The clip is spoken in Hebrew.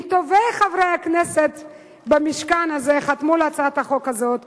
מטובי חברי הכנסת במשכן הזה חתמו על הצעת החוק הזאת.